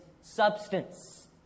substance